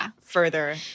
further